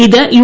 ഇത് യു